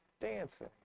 dancing